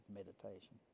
meditation